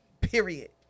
period